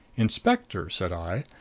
inspector, said i,